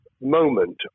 moment